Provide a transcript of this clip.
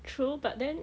true but then